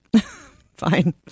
Fine